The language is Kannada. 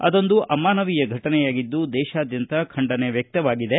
ಅದೊಂದು ಅಮಾನವೀಯ ಘಟನೆಯಾಗಿದ್ದು ದೇಶಾದ್ಯಂತ ಖಂಡನೆ ವ್ವಕ್ತವಾಗಿದೆ